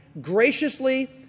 graciously